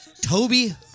Toby